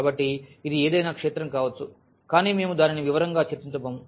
కాబట్టి ఇది ఏదైనా క్షేత్రం కావచ్చు కాని మేము దానిని వివరంగా చర్చించబోము